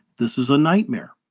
this is a nightmare